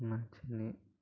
మా చిన్ని